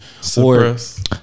Suppress